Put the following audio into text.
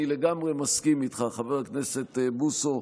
אני לגמרי מסכים איתך, חבר הכנסת בוסו,